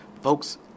folks